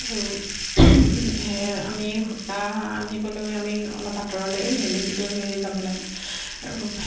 আৰু আমি সূতা আনিবলৈ আমি অলপ আঁতৰলৈ গেলিকীলৈ যাব লাগে আৰু